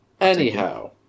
Anyhow